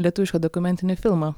lietuvišką dokumentinį filmą